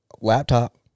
Laptop